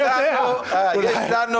מי יודע, אולי.